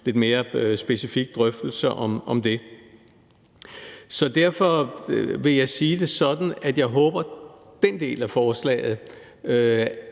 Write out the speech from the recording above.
lidt mere specifik drøftelse af. Derfor vil jeg sige det sådan, at jeg håber, hvad angår den del af forslaget,